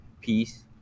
peace